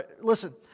listen